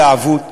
והתלהבות,